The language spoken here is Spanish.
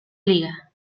liga